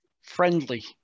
friendly